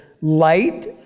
light